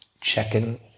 Checking